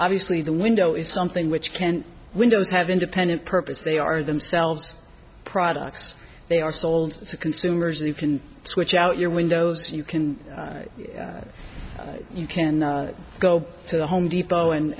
obviously the window is something which can windows have independent purpose they are themselves products they are sold to consumers you can switch out your windows you can you can go to the home depot and